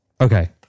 Okay